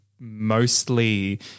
mostly